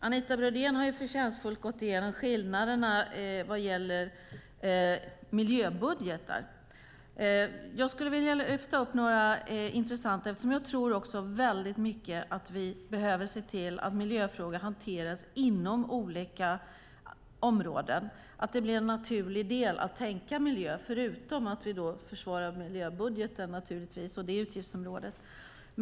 Anita Brodén har förtjänstfullt gått igenom skillnaderna vad gäller miljöbudgetar. Jag tror att vi väldigt mycket behöver se till att miljöfrågor hanteras inom olika områden och att det blir en naturlig del att tänka på miljö, förutom att vi försvarar miljöbudgeten och det utgiftsområdet.